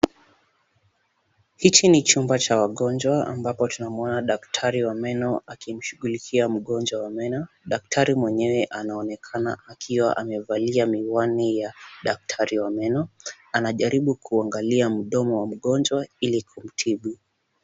Hichi ni chumba cha wagonjwa ambapo tunamwona daktari wa meno akimshughulikia mgonjwa wa meno. Daktari mwenyewe anaonekana akiwa amevalia miwani ya daktari wa meno. Anajaribu kuangalia mdomo wa mgonjwa ili kumtibu.